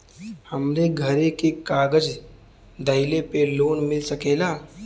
हमरे घरे के कागज दहिले पे लोन मिल सकेला?